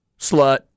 slut